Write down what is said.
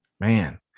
Man